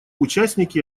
участники